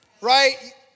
Right